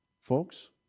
Folks